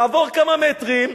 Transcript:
לעבור כמה מטרים,